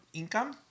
income